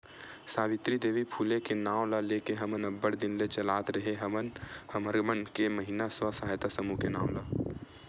सावित्री देवी फूले के नांव ल लेके हमन अब्बड़ दिन ले चलात रेहे हवन हमर मन के महिना स्व सहायता समूह के नांव ला